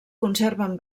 conserven